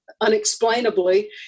unexplainably